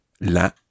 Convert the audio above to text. la